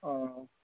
आं